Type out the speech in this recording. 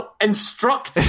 instruct